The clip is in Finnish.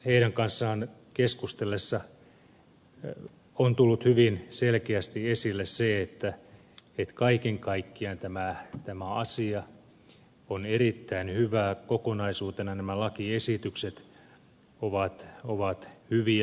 heidän kanssaan keskustellessa on tullut hyvin selkeästi esille se että kaiken kaikkiaan tämä asia on erittäin hyvä kokonaisuutena nämä lakiesitykset ovat hyviä